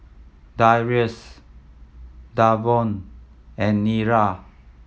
Darrius Davon and Nira